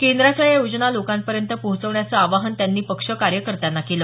केंद्राच्या या योजना लोकांपर्यंत पोहोचवण्याचं आवाहन त्यांनी पक्ष कार्यकर्त्यांना केलं